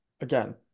Again